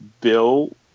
Bill